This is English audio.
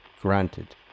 granted